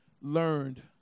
learned